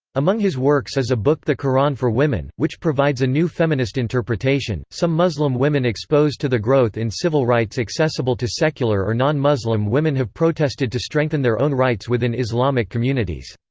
among his works is a book the qur'an for women, which provides a new feminist interpretation some muslim women exposed to the growth in civil rights accessible to secular or non-muslim women have protested to strengthen their own rights within islamic communities.